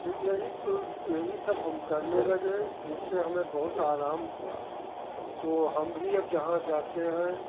फिर यही कुल यही सब हम करने लगे जिससे हमें बहुत आराम हुआ तो हम भी अब जहाँ जाते हैं